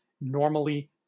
normally